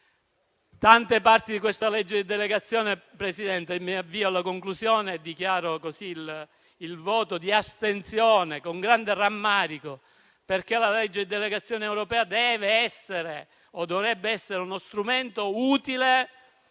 tante parti di questo disegno di legge di delegazione. Presidente, mi avvio alla conclusione e dichiaro così il voto di astensione, con grande rammarico. La legge di delegazione europea deve o dovrebbe essere uno strumento utile